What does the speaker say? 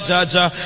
Jaja